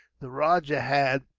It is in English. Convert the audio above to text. the rajah had,